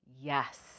Yes